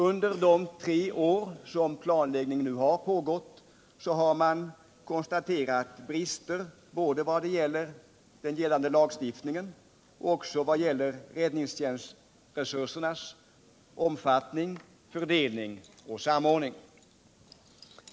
Under de tre år som planläggning nu pågått har man konstaterat brister både i fråga om den gällande lagstiftningen och i fråga om räddningstjänstresursernas omfattning, fördelning och samordning.